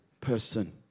person